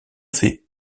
fait